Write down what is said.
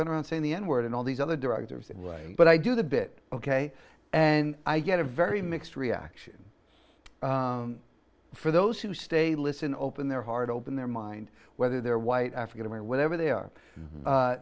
run around saying the n word and all these other directors that way but i do the bit ok and i get a very mixed reaction for those who stay listen open their heart open their mind whether they're white africa where whatever they are